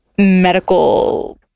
medical